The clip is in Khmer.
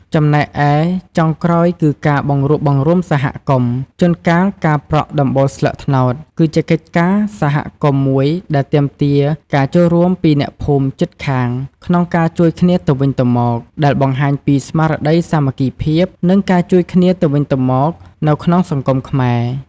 ចំណែកឯ ចុងក្រោយគឺ ការបង្រួបបង្រួមសហគមន៍: ជួនកាល ការប្រក់ដំបូលស្លឹកត្នោត គឺជាកិច្ចការសហគមន៍មួយដែលទាមទារការចូលរួមពីអ្នកភូមិជិតខាងក្នុងការជួយគ្នាទៅវិញទៅមក ដែលបង្ហាញពីស្មារតីសាមគ្គីភាព និងការជួយគ្នាទៅវិញទៅមកនៅក្នុងសង្គមខ្មែរ។